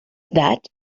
that